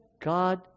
God